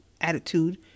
attitude